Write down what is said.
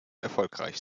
erfolgreich